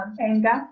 anger